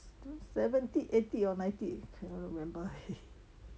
seventy eighty or ninety I cannot remember